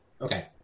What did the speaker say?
Okay